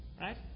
right